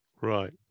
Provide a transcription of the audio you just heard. right